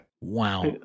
Wow